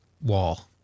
wall